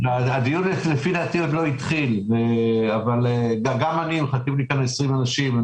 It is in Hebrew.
הדיון לפי דעתי עוד לא התחיל אבל גם לי מחכים כאן 20 אנשים,